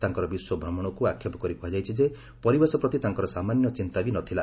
ତାଙ୍କର ବିଶ୍ୱଭ୍ରମଣକୁ ଆକ୍ଷେପ କରି କୁହାଯାଇଛି ଯେ ପରିବେଶ ପ୍ରତି ତାଙ୍କର ସାମାନ୍ୟ ଚିନ୍ତା ବି ନଥିଲା